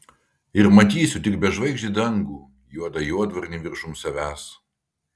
ir matysiu tik bežvaigždį dangų juodą juodvarnį viršum savęs